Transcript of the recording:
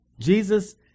Jesus